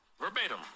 verbatim